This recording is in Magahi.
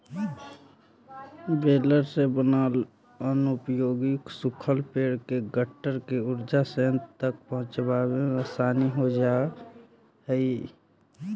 बेलर से बनाल अनुपयोगी सूखल पेड़ के गट्ठर के ऊर्जा संयन्त्र तक पहुँचावे में आसानी हो जा हई